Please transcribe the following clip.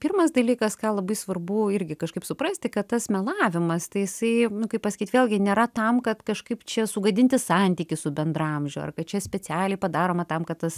pirmas dalykas ką labai svarbu irgi kažkaip suprasti kad tas melavimas tai jisai nu kaip pasakyt vėlgi nėra tam kad kažkaip čia sugadinti santykį su bendraamžiu ar kad čia specialiai padaroma tam kad tas